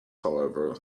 however